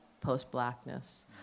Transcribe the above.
post-blackness